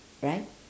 right